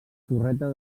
torreta